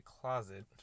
closet